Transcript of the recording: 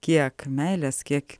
kiek meilės kiek